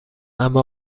اما